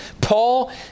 Paul